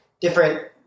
different